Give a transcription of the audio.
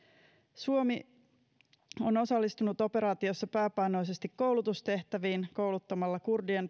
suomi on osallistunut operaatiossa pääpainoisesti koulutustehtäviin kouluttamalla kurdien